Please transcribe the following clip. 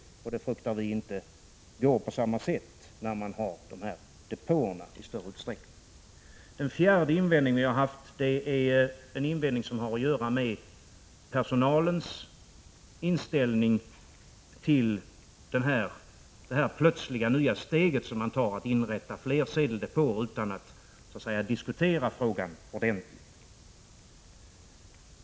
Vi fruktar att det inte går att göra det på samma sätt som nu om man i större utsträckning har sedeldepåer. Min fjärde invändning har att göra med personalens inställning till att man plötsligt tar detta nya steg att inrätta fler sedeldepåer utan att diskutera frågan ordentligt.